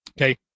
Okay